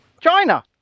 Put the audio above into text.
china